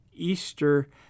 Easter